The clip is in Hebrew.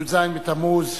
י"ז בתמוז,